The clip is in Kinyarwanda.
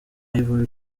ivory